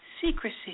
secrecy